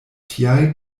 tial